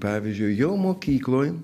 pavyzdžiui jau mokykloj